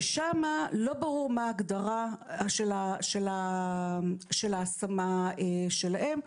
ששם לא ברור מה ההגדרה של ההשמה שלהם.